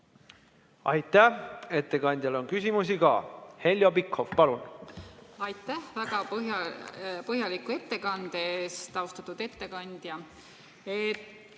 Aitäh! Ettekandjale on küsimusi ka. Heljo Pikhof, palun! Aitäh väga põhjaliku ettekande eest, austatud ettekandja!